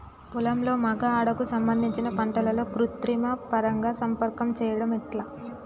పొలంలో మగ ఆడ కు సంబంధించిన పంటలలో కృత్రిమ పరంగా సంపర్కం చెయ్యడం ఎట్ల?